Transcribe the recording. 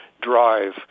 drive